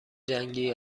جنگی